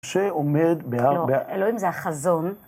שעומד בהרבה... לא, אלוהים זה החזון.